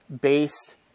based